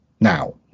now